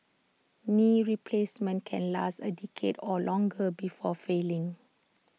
knee replacements can last A decade or longer before failing